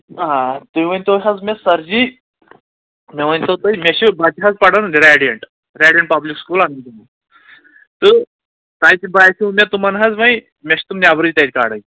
آ تُہۍ ؤنۍتو حظ مےٚ سَر جی مےٚ ؤنۍتو تُہۍ مےٚ چھِ بَچہِ حظ پران ریڈِیَنٹ ریڈِیَنٹ پَبلِک سکوٗل تہٕ تَتہِ باسیو مےٚ تِمَن حظ وۄنۍ مےٚ چھِ تِم نٮ۪برٕے تَتہِ کَڑٕنۍ